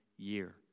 year